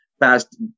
past